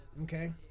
okay